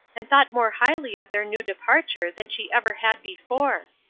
and thought more highly of their new departure than she ever had before.